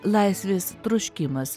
laisvės troškimas